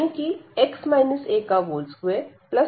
यानी कि x a2y2a2